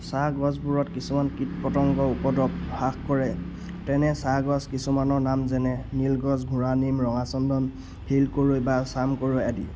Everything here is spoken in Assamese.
চাহগছবোৰত কিছুমান কীট পতংগৰ উপদ্ৰৱ হ্ৰাস কৰে তেনে চাহগছ কিছুমানৰ নাম যেনে নীলগছ ঘোৰা নিম ৰঙাচন্দন শিল কৰৈ বা চাম কৰৈ আদি